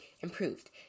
improved